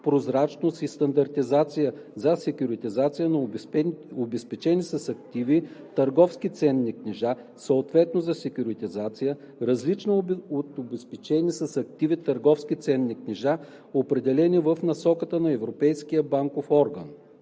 прозрачност и стандартизация за секюритизация на обезпечени с активи търговски ценни книжа, съответно за секюритизация, различна от обезпечени с активи търговски ценни книжа, определени в насоки на Европейския банков орган.“